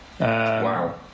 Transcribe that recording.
Wow